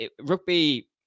rugby